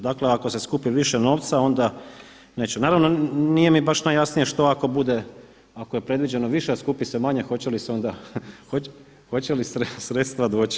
Dakle ako se skupi više novca onda neće, naravno nije mi baš najjasnije što ako bude, ako je predviđeno više a skupi se manje, hoće li se onda, hoće li sredstva doći?